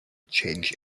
change